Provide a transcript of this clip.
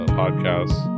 podcasts